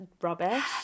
rubbish